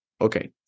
Okay